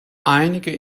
einige